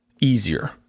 easier